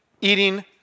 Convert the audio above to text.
eating